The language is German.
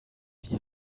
die